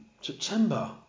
September